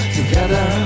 Together